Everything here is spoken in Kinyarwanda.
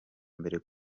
mbere